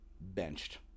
Benched